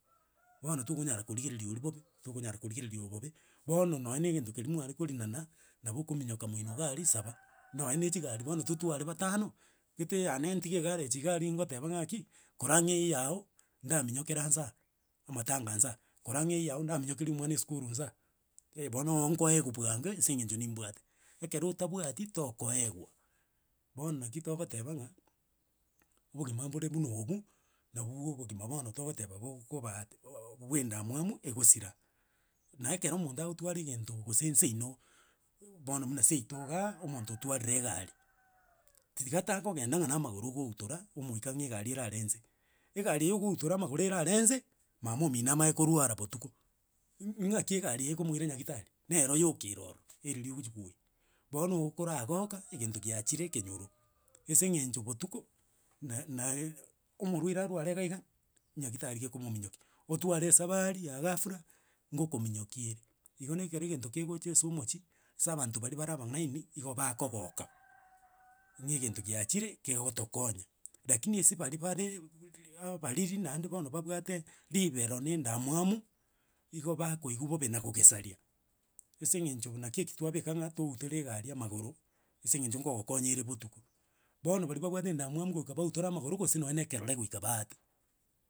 bono tokonyara korigereria oria bobe, tokonyara korigereria oyo bobe, bono nonye na egento keria mware korinana, nabo okominyoka moino iga aria, saba. Nonye na echigari bono totware batano, gete eyane ntige egarage iga aria goteba ng'aki, kora ng'a eye yago ndaminyokera nsaa, amatanga nsaa. Kora ng'a eye yago ndaminyokeria omwana esukuru nsaa, eh bono enkoewu bwango ase eng'encho nimbwate. Ekero otabwati tokoewa, bono naki togoteba ng'a, obogima mbore buna obwo, nabu bu obogima bono togoteba boko- koba at u- uh bwa endamwamu egosira, na ekero omonto agotwara egentoo gose nseino, bono buna seito iga, omonto otwarire egari, tiga takogenda ng'a na amagoro ogoutora, omoika ng'a egari erare nse. Egari eywo ogoutora amagoro erare nse, mama omino amanye korwara botuko, ng'aki egari eye ekomoira nyagitari, nero yoka ero ororo ereri ogochi kwoyi. Bono okoragoka egento giachire ekenyoro, ase eng'encho botuko, na- naa omorwaire arware iga iga, nyagitari gekomominyokia, otware esabari ya ghafla ngokominyokia ere, igo na ekero egento kegocha ase omochie, asa abanto bari bare abang'aini igo bakogoka ng'a egento giachire kegotokonya. Lakini ase bari bareee abariri naende bono babwate ribero na endamwamu, igo bakoigwa bobe na kogesaria ase eng'encho naki ekio twabeka ng'a toutera egari amagoro ase eng'encho nkogokonya ere botuko. Bono bari babwate endamwamu goika bautore amagoro gose nonye ekerore goika baate.